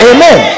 Amen